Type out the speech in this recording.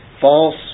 False